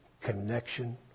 connection